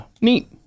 Neat